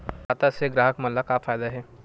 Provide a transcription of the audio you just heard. खाता से ग्राहक मन ला का फ़ायदा हे?